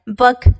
book